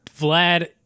Vlad